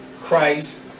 Christ